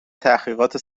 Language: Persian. تحقیقات